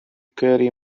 curry